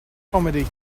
comedy